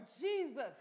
Jesus